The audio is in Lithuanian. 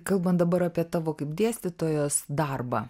kalbant dabar apie tavo kaip dėstytojos darbą